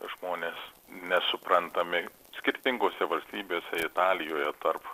žmones mes suprantami skirtingose valstybėse italijoje tarp